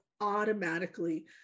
automatically